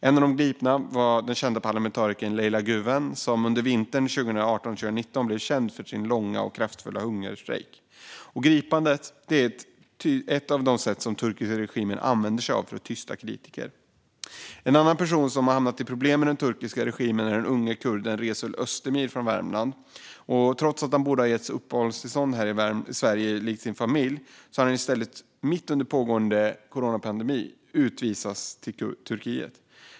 En av de gripna var den kända parlamentarikern Leyla Güven, som under vintern 2018-2019 blev känd för sin långa och kraftfulla hungerstrejk. Gripanden är ett av de sätt som den turkiska regimen använder sig av för att tysta kritiker. En annan person som hamnat i problem med den turkiska regimen är den unge kurden Resul Özdemir från Värmland. Trots att han borde ha getts uppehållstillstånd här i Sverige, likt hans familj, utvisades han mitt under pågående coronapandemi till Turkiet.